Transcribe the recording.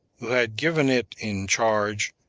who had given it in charge,